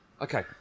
Okay